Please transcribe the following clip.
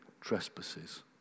trespasses